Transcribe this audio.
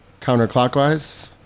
counterclockwise